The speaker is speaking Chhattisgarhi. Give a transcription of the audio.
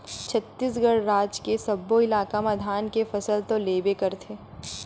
छत्तीसगढ़ राज के सब्बो इलाका म धान के फसल तो लेबे करथे